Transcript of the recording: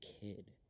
kid